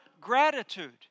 gratitude